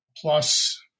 plus